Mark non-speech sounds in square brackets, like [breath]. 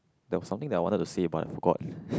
there was something that I wanted to say but I forgot [breath]